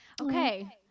Okay